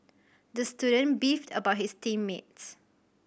the student beefed about his team mates